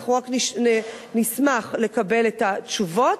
אנחנו רק נשמח לקבל את התשובות.